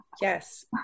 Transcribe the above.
Yes